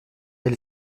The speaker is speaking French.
elle